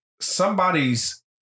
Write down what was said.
somebody's